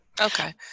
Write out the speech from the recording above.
Okay